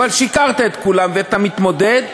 אבל שיקרת לכולם ואתה מתמודד,